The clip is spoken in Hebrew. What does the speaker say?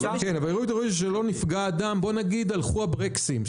נניח שלא נפגע אדם, אלא הלכו הברקסים.